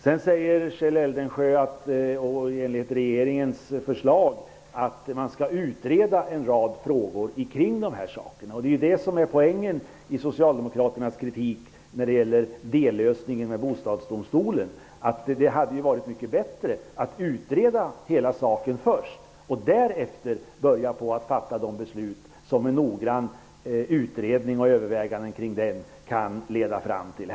Sedan säger Kjell Eldensjö att man enligt regeringens förslag skall utreda en rad frågor runt detta. Detta är ju poängen i Socialdemokraternas kritik när det gäller dellösningen med Bostadsdomstolen. Det hade ju varit mycket bättre att utreda hela saken först och därefter fatta de beslut som en noggrann utredning och överväganden kring den kan leda fram till.